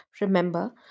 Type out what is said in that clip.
Remember